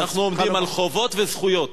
אנחנו עומדים על חובות וזכויות,